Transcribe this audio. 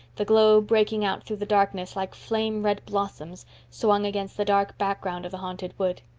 the glow breaking out through the darkness like flame-red blossoms swung against the dark background of the haunted wood.